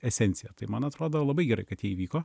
esencija tai man atrodo labai gerai kad jie įvyko